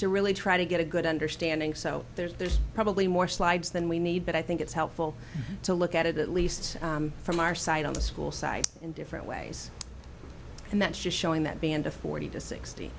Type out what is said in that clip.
to really try to get a good understanding so there's probably more slides than we need but i think it's helpful to look at it at least from our side on the school side in different ways and that's just showing that beyond a forty to sixty